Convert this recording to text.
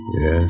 Yes